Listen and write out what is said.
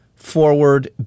forward